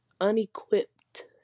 unequipped